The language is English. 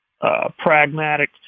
pragmatic